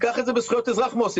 ככה זה בזכויות אזרח, מוסי.